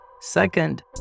Second